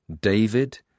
David